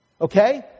Okay